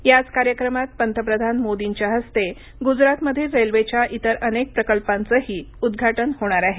याच कार्यक्रमात पंतप्रधान मोर्दीच्या हस्ते गुजरातमधील रेल्वेच्या इतर अनेक प्रकल्पांचंही उद्घाटन होणार आहे